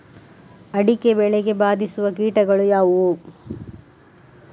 ಅಡಿಕೆ ಬೆಳೆಗೆ ಬಾಧಿಸುವ ಕೀಟಗಳು ಯಾವುವು?